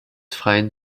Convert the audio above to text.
freien